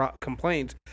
complaints